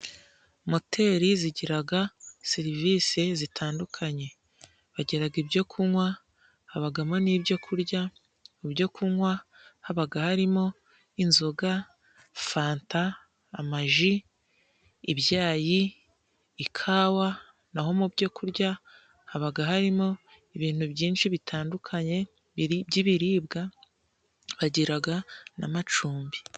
moteri zigiraga serivisi zitandukanye. Bagiraga ibyo kunywa habagamo n'ibyo kurya. Mu byo kunywa habaga harimo inzoga, fanta, amaji, ibyayi, ikawa. Naho, mu byo kurya habaga harimo ibintu byinshi bitandukanye by'biribwa bagiraga n'amacumbi.